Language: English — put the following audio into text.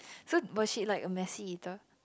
so was she like a messy eater